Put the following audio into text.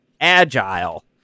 Agile